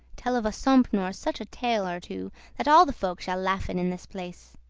tell of a sompnour such a tale or two, that all the folk shall laughen in this place.